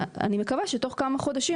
אני מקווה שבתוך כמה חודשים.